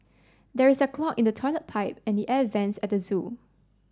there is a clog in the toilet pipe and the air vents at the zoo